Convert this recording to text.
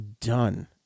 Done